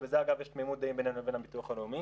ובזה אגב יש תמימות-דעים בינינו לבין הביטוח הלאומי